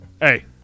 Hey